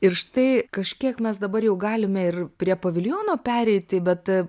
ir štai kažkiek mes dabar jau galime ir prie paviljono pereiti bet